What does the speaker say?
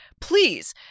Please